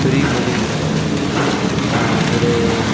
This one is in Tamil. பெரிய மொழி ஒரு